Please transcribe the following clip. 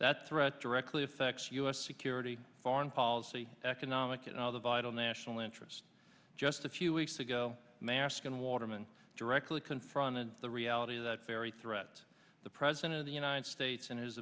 that's threat directly affects us security foreign policy economic and other vital national interest just a few weeks ago mascon watermen directly confronted the reality that very threat the president of the united states and his